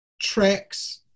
tracks